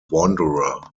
wanderer